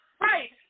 Right